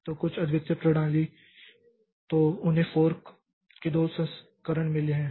तो कुछ अद्वितीय प्रणाली तो उन्हें फोर्क के दो संस्करण मिले हैं